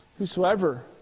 Whosoever